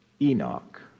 Enoch